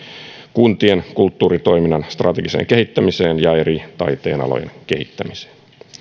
kuntien kulttuuritoiminnan strategiseen kehittämiseen ja eri taiteenalojen kehittämiseen